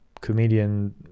comedian